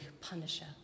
punisher